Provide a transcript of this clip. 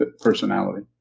personality